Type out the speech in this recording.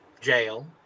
Jail